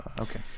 Okay